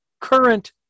current